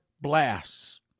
blasts